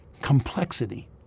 complexity